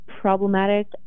problematic